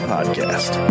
Podcast